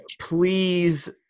Please